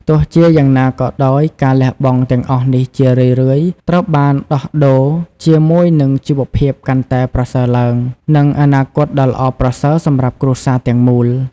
ទោះជាយ៉ាងណាក៏ដោយ ការលះបង់ទាំងអស់នេះជារឿយៗត្រូវបានដោះដូរជាមួយនឹងជីវភាពកាន់តែប្រសើរឡើង និងអនាគតដ៏ល្អប្រសើរសម្រាប់គ្រួសារទាំងមូល។